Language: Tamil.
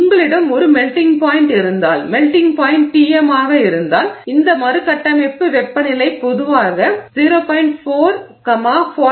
உங்களிடம் ஒரு மெல்டிங் பாய்ண்ட் இருந்தால் மெல்டிங் பாய்ண்ட் Tm ஆக இருந்தால் இந்த மறுகட்டமைப்பு வெப்பநிலை பொதுவாக 0